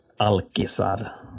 Alkisar